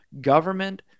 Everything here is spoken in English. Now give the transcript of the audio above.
government